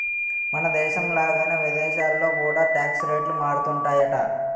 మనదేశం లాగానే విదేశాల్లో కూడా టాక్స్ రేట్లు మారుతుంటాయట